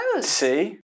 See